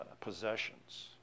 possessions